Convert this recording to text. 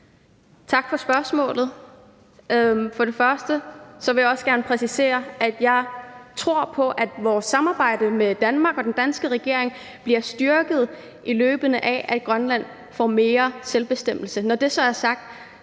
Tak for spørgsmålet. Jeg vil gerne præcisere, at jeg tror på, at vores samarbejde med Danmark og den danske regering bliver løbende styrket af, at Grønland får mere selvbestemmelse.